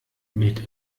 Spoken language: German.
mit